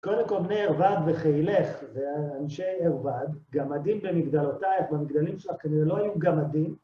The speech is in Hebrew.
קודם כל, בני ערבד וחיילך, זה אנשי ערבד, גמדים במגדלותייך, במגדלים שלך כנראה לא היו גמדים.